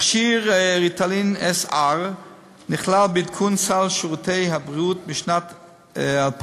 תכשיר "ריטלין SR" נכלל בעדכון סל שירותי הבריאות בשנת 2000,